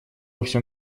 всем